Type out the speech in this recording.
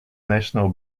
national